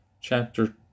chapter